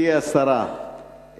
השרה,